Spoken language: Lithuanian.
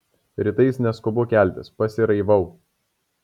rytais neskubu keltis pasiraivau